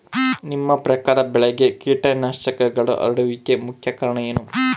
ನಿಮ್ಮ ಪ್ರಕಾರ ಬೆಳೆಗೆ ಕೇಟನಾಶಕಗಳು ಹರಡುವಿಕೆಗೆ ಮುಖ್ಯ ಕಾರಣ ಏನು?